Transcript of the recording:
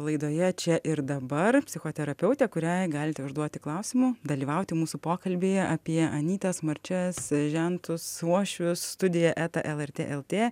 laidoje čia ir dabar psichoterapeutė kuriai galite užduoti klausimų dalyvauti mūsų pokalbyje apie anytas marčias žentus uošvius studija eta lrt lt